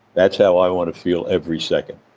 that's how i want to feel every second.